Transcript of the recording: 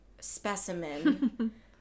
specimen